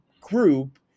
group